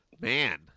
Man